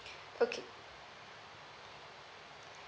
okay